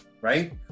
right